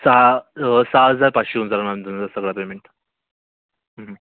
सहा सहा हजार पाचशे होऊन जाणार मॅम तुमचा सगळा पेमेंट